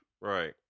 Right